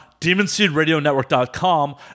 DemonSeedRadioNetwork.com